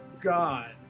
god